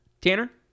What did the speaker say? Tanner